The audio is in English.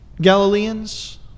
Galileans